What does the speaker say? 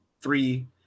three